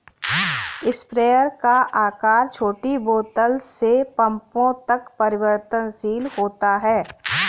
sprayer का आकार छोटी बोतल से पंपों तक परिवर्तनशील होता है